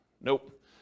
Nope